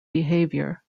behaviour